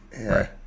right